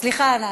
סליחה, ענת.